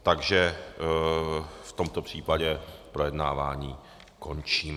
Takže v tomto případě projednávání končím.